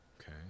okay